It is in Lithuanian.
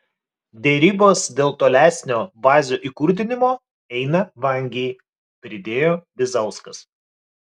derybos dėl tolesnio bazių įkurdinimo eina vangiai pridėjo bizauskas